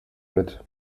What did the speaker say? mit